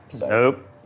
Nope